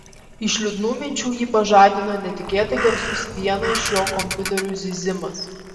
iš liūdnų minčių jį pažadino netikėtai garsus vieno iš jo kompiuterių zyzimas